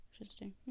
interesting